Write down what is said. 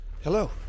Hello